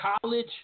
college